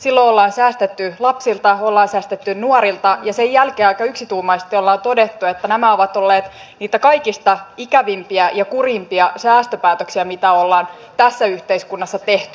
silloin ollaan säästetty lapsilta ollaan säästetty nuorilta ja sen jälkeen aika yksituumaisesti ollaan todettu että nämä ovat olleet niitä kaikista ikävimpiä ja kurjimpia säästöpäätöksiä mitä ollaan tässä yhteiskunnassa tehty